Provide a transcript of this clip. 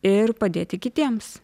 ir padėti kitiems